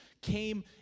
came